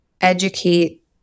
educate